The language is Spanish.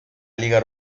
liga